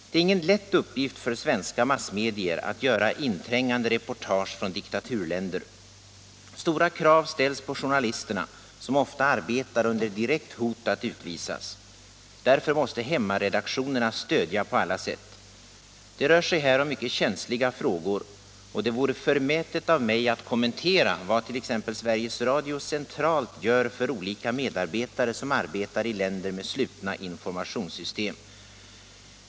Det är ingen lätt uppgift för svenska massmedier att göra inträngande reportage från diktaturländer. Stora krav ställs på journalisterna, som ofta arbetar under direkt hot att utvisas. Därför måste hemmaredaktionerna stödja dem på alla sätt. Det rör sig här om mycket känsliga frågor, och det vore förmätet av mig att kommentera vad t.ex. Sveriges Radio centralt gör för olika medarbetare som arbetar i länder med slutna informationssystem.